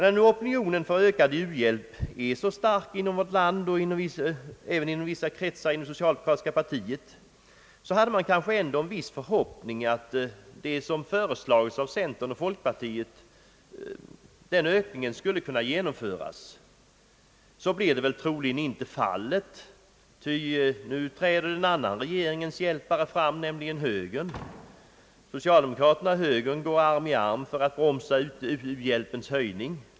När nu opinionen för ökad u-hjälp är så stark inom vårt land och även inom vissa kretsar i det socialdemokratiska partiet, så hade man kanske ändå en viss förhoppning att den ökning som föreslagits av centern och folkpartiet skulle kunna genomföras. Så blir troligen inte fallet, ty nu träder en annan regeringens hjälpare fram, nämligen högern. Socialdemokraterna och högern går arm i arm in för att bromsa u-hjälpens höjning.